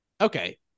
Okay